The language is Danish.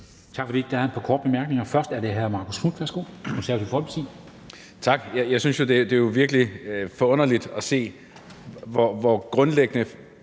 Tak for det. Der er et par korte bemærkninger. Først er det fra hr. Marcus Knuth, Det